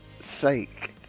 sake